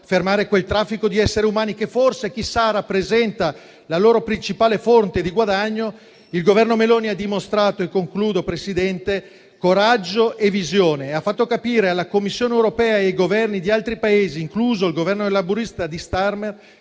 fermare quel traffico di esseri umani che, forse, rappresenta la loro principale fonte di guadagno), il Governo Meloni ha dimostrato coraggio e visione e ha fatto capire alla Commissione europea e ai Governi di altri Paesi, incluso quello laburista di Starmer,